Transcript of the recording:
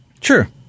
Sure